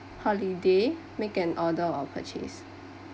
holiday make an order or purchase